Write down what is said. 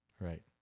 right